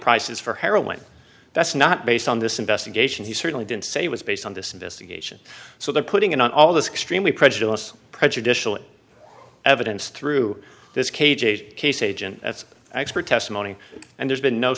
prices for heroin that's not based on this investigation he certainly didn't say it was based on this investigation so they're putting in all this extremely prejudiced prejudicial evidence through this case case agent that's x her testimony and there's been no